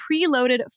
preloaded